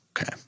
Okay